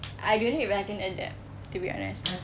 I don't know if I can adapt to be honest